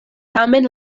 tamen